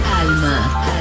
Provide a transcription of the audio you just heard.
Alma